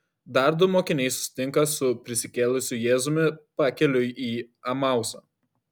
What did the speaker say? dar du mokiniai susitinka su prisikėlusiu jėzumi pakeliui į emausą